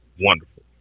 wonderful